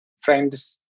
friends